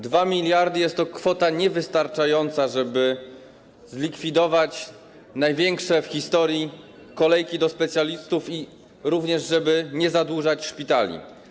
2 mld jest to kwota niewystarczająca, żeby zlikwidować największe w historii kolejki do specjalistów, jak również żeby nie zadłużać szpitali.